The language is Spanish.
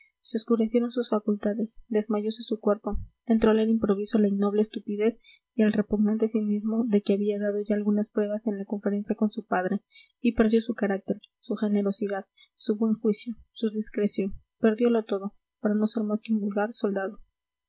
se oscurecieron sus facultades desmayose su cuerpo entrole de improviso la innoble estupidez y el repugnante cinismo de que había dado ya algunas pruebas en la conferencia con su padre y perdió su carácter su generosidad su buen juicio su discreción perdiolo todo para no ser más que un vulgar soldado